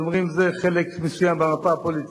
אז אומרים: זה חלק מסוים במפה הפוליטית.